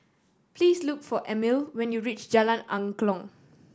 please look for Amelie when you reach Jalan Angklong